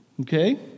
Okay